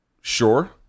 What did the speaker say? Sure